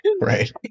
Right